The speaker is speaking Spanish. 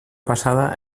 pasada